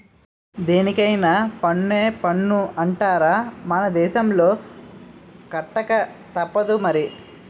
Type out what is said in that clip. దేనికైన పన్నే పన్ను అంటార్రా మన దేశంలో కట్టకతప్పదు మరి